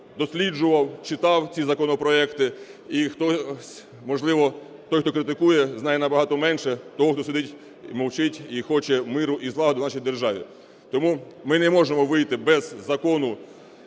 досліджував, читав ці законопроекти і хтось можливо, той хто критикує, знає набагато менше того, хто сидить мовчить і хоче миру і злагоди в нашій державі. Тому ми не можемо вийти без Закону